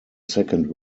second